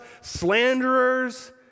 Slanderers